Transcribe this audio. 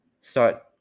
start